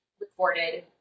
recorded